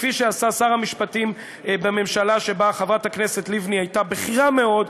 כפי שעשה שר המשפטים בממשלה שבה חברת הכנסת לבני הייתה בכירה מאוד,